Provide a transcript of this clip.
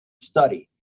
study